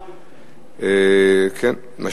זאת האחרונה, מבחינתי.